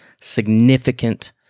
significant